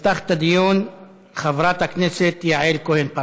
הצעות לסדר-היום מס' 7812, 7814,